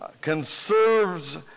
conserves